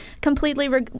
completely